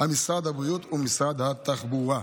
משרד הבריאות ומשרד התחבורה.